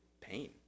pain